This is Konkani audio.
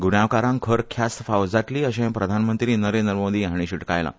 गुन्यांवकारांक खर ख्यास्त फावो जातली अशें प्रधानमंत्री नरेंद्री मोदी हांणी शिटकयलां